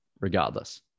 regardless